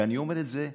ואני אומר את זה,